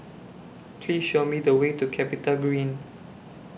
Please Show Me The Way to Capitagreen